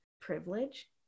privilege